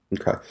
okay